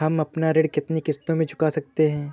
हम अपना ऋण कितनी किश्तों में चुका सकते हैं?